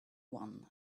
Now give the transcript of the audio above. one